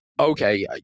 okay